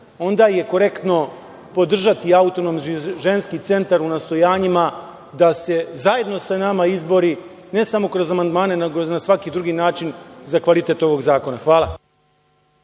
onda je korektno podržati Autonomni ženski centar u nastojanjima da se zajedno sa nama izbori, ne samo kroz amandmane, nego na svaki drugi način, za kvalitet ovog zakona. Hvala.